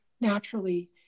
naturally